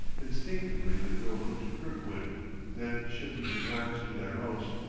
instinctively the girl looked to kirkwood then shifted her glance to their host.